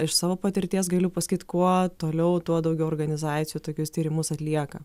iš savo patirties galiu pasakyt kuo toliau tuo daugiau organizacijų tokius tyrimus atlieka